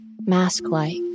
Mask-like